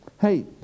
Hey